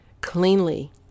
cleanly